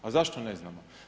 A zašto ne znamo?